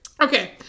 Okay